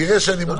תראה שאני...